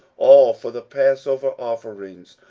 all for the passover offerings,